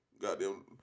goddamn